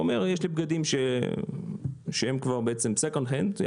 הוא אומר: יש לי בגדים שהם כבר יד שנייה,